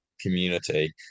community